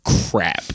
Crap